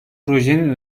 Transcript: projenin